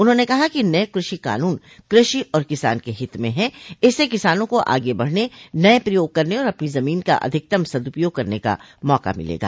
उन्होंने कहा नये कृषि कानून कृषि और किसान के हित में हैं इससे किसानों को आगे बढ़ने नये प्रयोग करने और अपनी जमीन का अधिकतम सद्पयोग करने का मौका मिलेगा